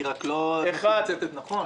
היא רק לא מתומצתת נכון.